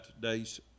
day's